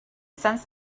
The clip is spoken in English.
sense